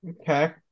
Okay